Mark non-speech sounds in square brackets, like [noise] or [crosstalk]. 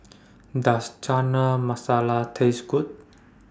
[noise] Does Chana Masala Taste Good